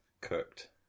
cooked